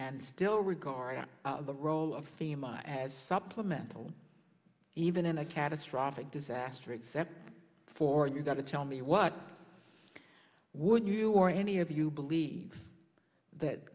and still regard the role of thema as supplemental even in a catastrophic disaster except for you got to tell me what would you or any of you believe that